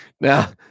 now